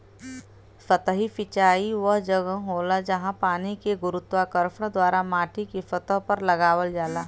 सतही सिंचाई वह जगह होला, जहाँ पानी के गुरुत्वाकर्षण द्वारा माटीके सतह पर लगावल जाला